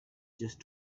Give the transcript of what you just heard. just